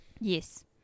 yes